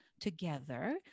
together